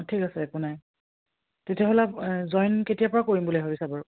অঁ ঠিক আছে একো নাই তেতিয়াহ'লে জইন কেতিয়াৰ পৰা কৰিম বুলি ভাবিছা বাৰু